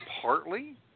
partly